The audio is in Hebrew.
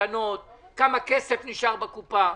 כמה כסף נשאר בקופה.